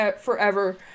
forever